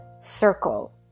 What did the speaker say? circle